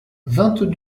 vingt